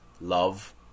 love